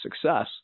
success